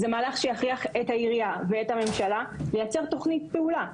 זה מהלך שיכריח את העירייה ואת הממשלה לייצר תוכנית פעולה.